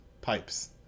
pipes